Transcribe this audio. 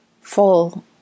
full